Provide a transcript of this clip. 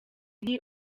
nti